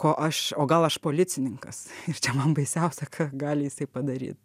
ko aš o gal aš policininkas ir čia man baisiausia ką gali jisai padaryt